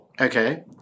Okay